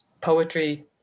poetry